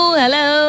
hello